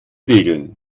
regeln